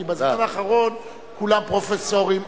כי בזמן האחרון כולם פרופסורים,